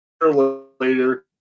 later